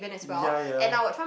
ya ya